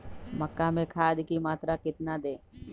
मक्का में खाद की मात्रा कितना दे?